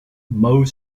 more